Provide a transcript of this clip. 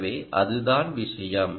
எனவே அதுதான் விஷயம்